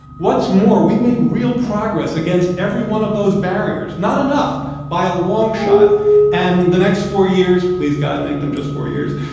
what's more, we've made real progress against every one of those barriers not enough by a long shot and the next four years please god make them just four years